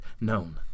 known